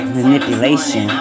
manipulation